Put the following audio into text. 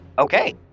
Okay